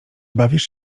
bawisz